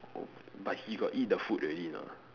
oh but he got eat the food already or not